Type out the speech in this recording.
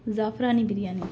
Zafrani biryani